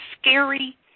scary